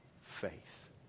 faith